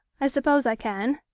i suppose i can.